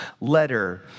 letter